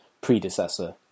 predecessor